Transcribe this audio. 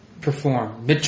perform